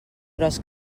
gros